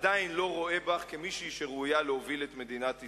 עדיין לא רואה בך מישהי שראויה להוביל את מדינת ישראל.